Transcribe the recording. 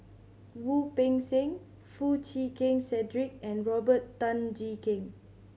Wu Peng Seng Foo Chee Keng Cedric and Robert Tan Jee Keng